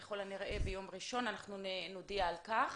ככל הנראה ביום ראשון, נודיע על כך.